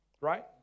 Right